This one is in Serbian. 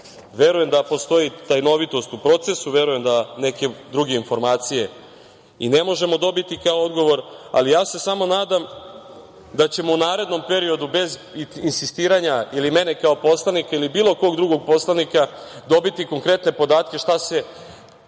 Der. Verujem da postoji tajnovitost u procesu, verujem da neke druge informacije i ne možemo dobiti kao odgovor, ali ja se samo nadam da ćemo u narednom periodu bez insistiranja ili mene kao poslanika ili bilo kog drugog poslanika dobiti konkretne podatke šta se